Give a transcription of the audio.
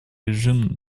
режим